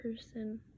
person